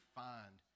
find